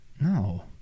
No